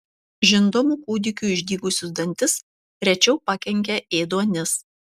žindomų kūdikių išdygusius dantis rečiau pakenkia ėduonis